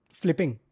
flipping